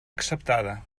acceptada